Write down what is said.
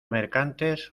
mercantes